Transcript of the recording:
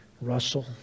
Russell